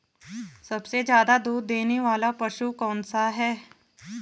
सबसे ज़्यादा दूध देने वाला पशु कौन सा है?